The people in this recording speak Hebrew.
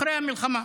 אחרי המלחמה,